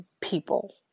people